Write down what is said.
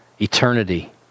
eternity